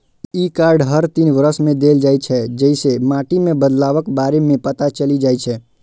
ई card हर तीन वर्ष मे देल जाइ छै, जइसे माटि मे बदलावक बारे मे पता चलि जाइ छै